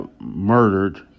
murdered